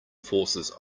forces